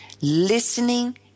Listening